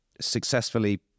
successfully